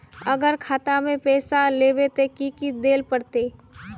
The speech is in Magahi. अगर खाता में पैसा लेबे ते की की देल पड़ते?